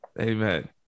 Amen